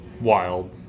wild